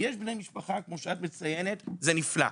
כשיש בני משפחה כמו שאת מציינת זה נפלא.